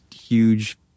huge